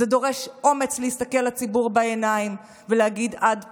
זה דורש אומץ להסתכל לציבור בעיניים ולהגיד: עד פה,